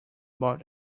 about